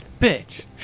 Bitch